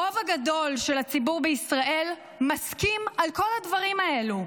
הרוב הגדול של הציבור בישראל מסכים על כל הדברים האלה.